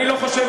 אני לא חושב,